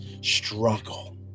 struggle